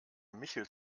michel